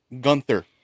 Gunther